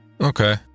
Okay